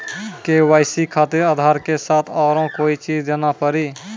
KYC खातिर आधार के साथ औरों कोई चीज देना पड़ी?